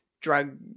drug